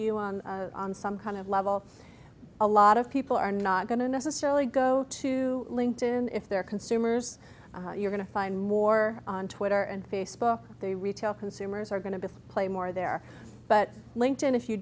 you on some kind of level a lot of people are not going to necessarily go to linked in if they're consumers you're going to find more on twitter and facebook they retail consumers are going to play more there but linked in if you